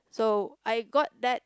so I got that